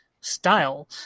style